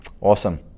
Awesome